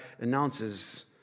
announces